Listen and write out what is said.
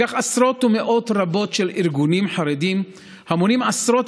כך עשרות ומאות רבות של ארגונים חרדיים המונים עשרות